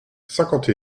cinquante